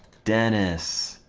denis